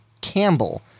Campbell